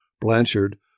Blanchard